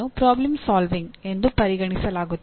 problem solving ಎಂದು ಪರಿಗಣಿಸಲಾಗುತ್ತದೆ